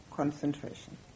concentration